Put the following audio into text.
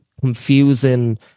confusing